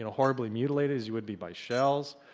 and horribly mutilated as you would be by shells.